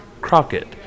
Crockett